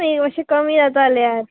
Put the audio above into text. न्ही मातशें कमी जाता जाल्यार